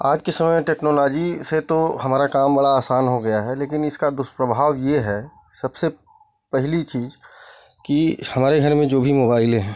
आज के समय में टेक्नोलॉजी से तो हमारा काम बड़ा आसान हो गया है लेकिन इसका दुष्प्रभाव ये है सबसे पहिली चीज कि हमारे घर में जो भी मोबाइलें हैं